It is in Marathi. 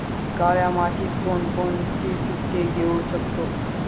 काळ्या मातीत कोणकोणती पिके घेऊ शकतो?